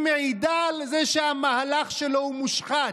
היא מעידה על זה שהמהלך הוא מושחת,